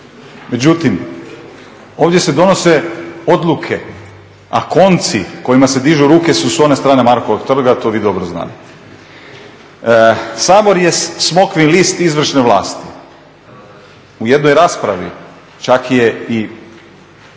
međutim ovdje se donose odluke, a konci kojima se dižu ruke su s one strane Markovog trga, to vi dobro znate. Sabor je smokvin list izvršne vlasti. u jednoj raspravi čak je i